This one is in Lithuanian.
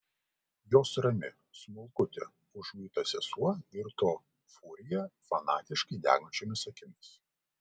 jos rami smulkutė užguita sesuo virto furija fanatiškai degančiomis akimis